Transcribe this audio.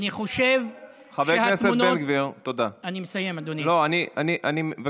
שהתמונות, חבר הכנסת בן גביר, תודה.